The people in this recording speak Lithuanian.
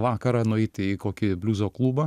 vakarą nueiti į kokį bliuzo klubą